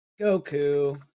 Goku